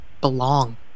belong